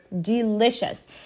delicious